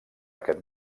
aquest